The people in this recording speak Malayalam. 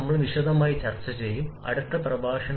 ഈ ഘടകത്തെ കണക്കാക്കുന്നത് ഈ തുല്യത കണക്കിലെടുത്താണ് അനുപാതം